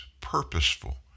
purposeful